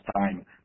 time